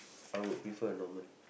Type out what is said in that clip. I would prefer a normal